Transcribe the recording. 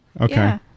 Okay